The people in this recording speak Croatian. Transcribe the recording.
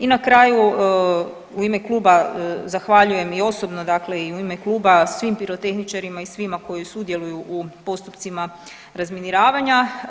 I na kraju u ime kluba zahvaljujem i osobno dakle i u ime kluba svim pirotehničarima i svima koji sudjeluju u postupcima razminiravanja.